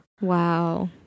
Wow